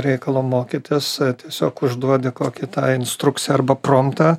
reikalo mokytis tiesiog užduodi kokį tą instrukciją arba promtą